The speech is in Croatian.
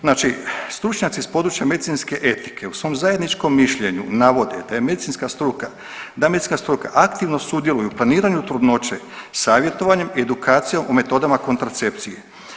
Znači stručnjaci iz područja medicinske etike u svom zajedničkom mišljenju navode da je medicinska struka, da medicinska struka aktivno sudjeluje u planiranju trudnoće savjetovanjem, edukacijom, u metodama kontracepcije.